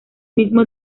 mismo